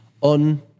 on